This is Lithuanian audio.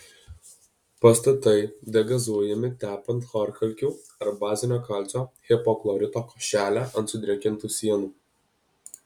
pastatai degazuojami tepant chlorkalkių ar bazinio kalcio hipochlorito košelę ant sudrėkintų sienų